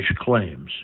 claims